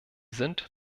sind